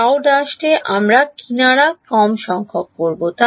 Γ ′ এ কম সংখ্যক কিনারা আছে